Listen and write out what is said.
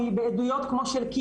מבטלת